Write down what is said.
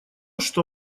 что